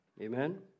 Amen